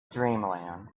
dreamland